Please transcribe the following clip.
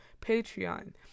Patreon